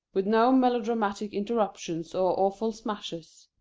with no melodramatic interruptions or awful smashes.